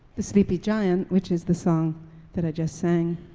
the sleepy giant, which is the song that i just sang,